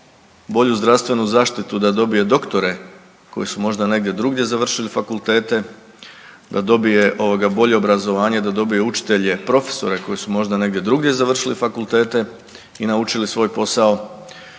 bolju zdravstvenu zaštitu da dobije doktore koji su možda negdje drugdje završili fakultete, da dobije ovoga bolje obrazovanje da dobije učitelje profesore koji su možda negdje drugdje završili fakultete i naučili svoj posao